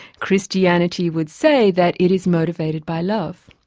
christianity would say that it is motivated by love.